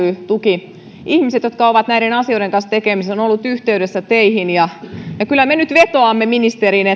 tuki ry ihmiset jotka ovat näiden asioiden kanssa tekemisissä ovat olleet yhteydessä teihin kyllä me nyt vetoamme ministeriin